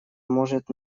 может